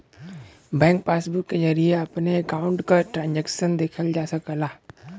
bank passbook के जरिये अपने अकाउंट क ट्रांजैक्शन देखल जा सकला